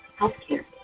healthcare,